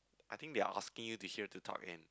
I think they're hockey you to here to talk in